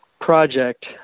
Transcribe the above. project